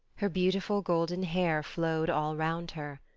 her beautiful golden hair flowed all round her.